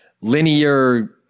Linear